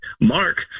Mark